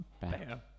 Bam